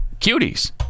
cuties